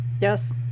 Yes